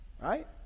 right